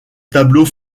tableau